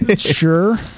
Sure